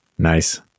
nice